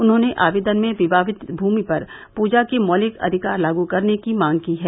उन्होंने आवेदन में विवादित भूमि पर पूजा के मौलिक अधिकार लागू करने की मांग की है